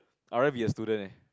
I rather be a student eh